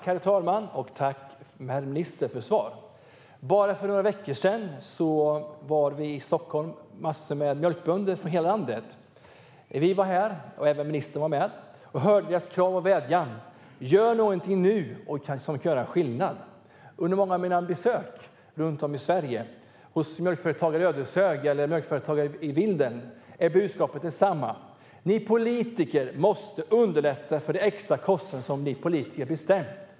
Herr talman! Jag tackar ministern för svaret. För bara några veckor sedan var det i Stockholm massor med mjölkbönder från hela landet. Vi och även ministern var med och lyssnade på deras krav och vädjan: Gör någonting nu som kan göra skillnad! Under många av mina besök runt om i Sverige, hos mjölkföretagare i Ödeshög och mjölkföretagare i Vindeln, har budskapet varit detsamma: Ni politiker måste underlätta när det gäller de extra kostnader som ni politiker har bestämt.